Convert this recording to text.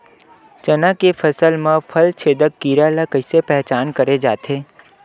चना के फसल म फल छेदक कीरा ल कइसे पहचान करे जाथे?